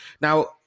Now